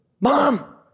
mom